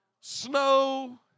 snow